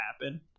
happen